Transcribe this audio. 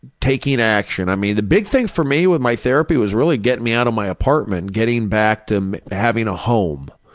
taking action i mean the big thing for me with my therapy was getting me out of my apartment, getting back to um having a home,